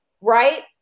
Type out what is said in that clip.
right